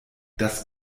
das